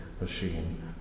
machine